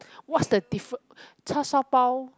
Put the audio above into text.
what's the difference char-shao-bao